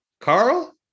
Carl